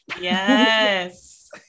Yes